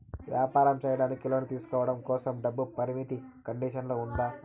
వ్యాపారం సేయడానికి లోను తీసుకోవడం కోసం, డబ్బు పరిమితి కండిషన్లు ఉందా?